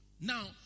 Now